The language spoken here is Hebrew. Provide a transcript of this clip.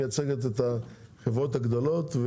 כי היא מייצגת את החברות הגדולות.